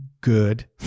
good